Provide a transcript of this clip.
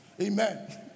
amen